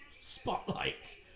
spotlight